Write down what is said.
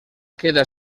queda